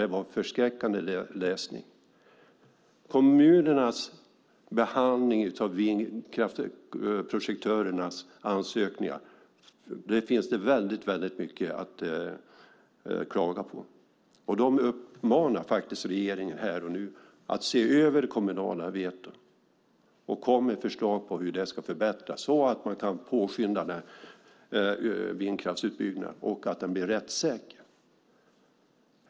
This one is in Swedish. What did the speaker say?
Det var förskräckande läsning. Kommunernas behandling av vindkraftsprojektörernas ansökningar finns det mycket att klaga på. Energimyndigheten uppmanar faktiskt regeringen att se över det kommunala vetot och komma med förslag på förbättringar så att vindkraftsutbyggnaden kan påskyndas och bli rättssäker.